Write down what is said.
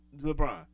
LeBron